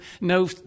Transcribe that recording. no